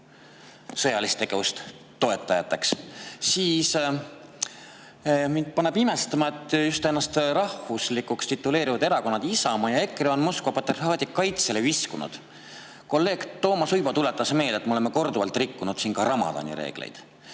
sõjalise tegevuse toetajateks. Mind paneb imestama, et just ennast rahvuslikuks tituleerivad erakonnad Isamaa ja EKRE on Moskva patriarhaadi kaitsele viskunud. Kolleeg Toomas Uibo tuletas meelde, et me oleme korduvalt rikkunud siin ka ramadaani reegleid.